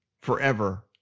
forever